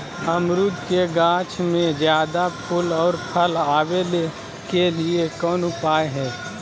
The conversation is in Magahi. अमरूद के गाछ में ज्यादा फुल और फल आबे के लिए कौन उपाय है?